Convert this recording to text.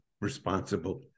responsible